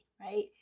right